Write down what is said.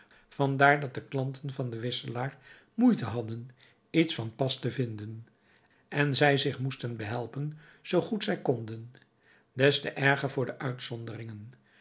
vandaar dat de klanten van den wisselaar moeite hadden iets van pas te vinden en zij zich moesten behelpen zoo goed zij konden des te erger voor de uitzonderingen